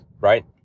Right